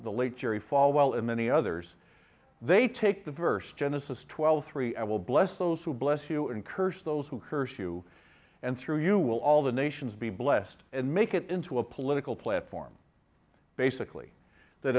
the late jerry falwell and many others they take the verse genesis twelve three i will bless those who bless you and curse those who curse you and through you will all the nations be blessed and make it into a political platform basically that